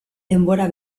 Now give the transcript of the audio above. denbora